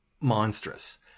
monstrous